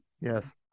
Yes